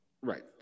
Right